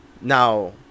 Now